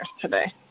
today